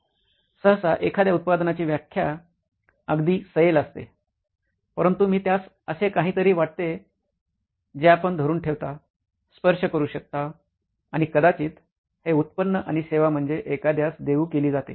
सहसा एखाद्या उत्पादनाची व्याख्या अगदी सैल असते परंतु मी त्यास असे काहीतरी वाटते जे आपण धरुन ठेवता स्पर्श करू शकता आणि कदाचित हे उत्पादन आणि सेवा म्हणजे एखाद्यास देऊ केली जाते